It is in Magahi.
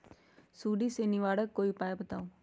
सुडी से निवारक कोई उपाय बताऊँ?